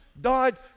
died